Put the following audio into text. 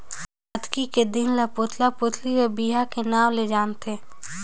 अक्ती के दिन ल पुतला पुतली के बिहा के नांव ले जानथें